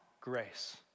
grace